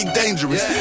dangerous